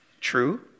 True